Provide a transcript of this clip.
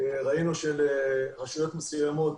ראינו שלרשויות מסוימות